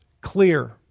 clear